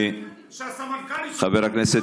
חבריא,